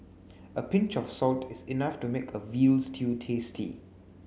a pinch of salt is enough to make a veal stew tasty